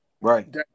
Right